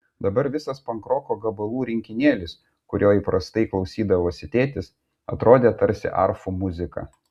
dabar visas pankroko gabalų rinkinėlis kurio įprastai klausydavosi tėtis atrodė tarsi arfų muzika